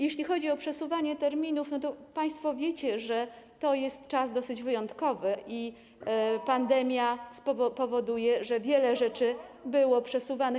Jeśli chodzi o przesuwanie terminów, to państwo wiecie, że to jest czas dosyć wyjątkowy i pandemia powoduje, iż wiele rzeczy było przesuwanych.